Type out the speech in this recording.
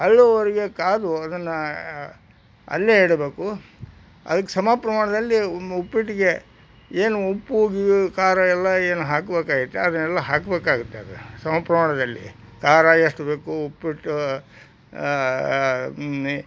ಅರಳುವವರೆಗೆ ಕಾದು ಅದನ್ನು ಅಲ್ಲೆ ಇಡಬೇಕು ಅದಕ್ಕೆ ಸಮ ಪ್ರಮಾಣದಲ್ಲಿ ಉಪ್ಪಿಟ್ಟಿಗೆ ಏನು ಉಪ್ಪು ಖಾರ ಎಲ್ಲ ಏನು ಹಾಕಬೇಕಾಗೈತೆ ಅದನ್ನೆಲ್ಲ ಹಾಕಬೇಕಾಗುತ್ತೆ ಅದು ಸಮ ಪ್ರಮಾಣದಲ್ಲಿ ಖಾರ ಎಷ್ಟು ಬೇಕು ಉಪ್ಪಿಟ್ಟು